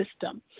system